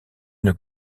une